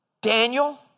Daniel